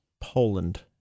Poland